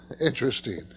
interesting